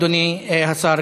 אדוני השר,